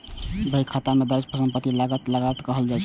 बहीखाता मे दर्ज परिसंपत्ति लागत कें लागत कहल जाइ छै